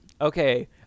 okay